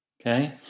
Okay